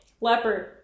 Leopard